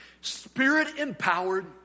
spirit-empowered